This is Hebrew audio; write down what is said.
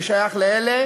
אני שייך לאלה